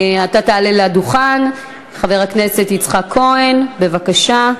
אתה תעלה לדוכן, חבר הכנסת יצחק כהן, בבקשה.